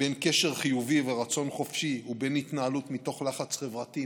בין קשר חיובי ורצון חופשי ובין התנהלות מתוך לחץ חברתי,